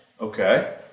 Okay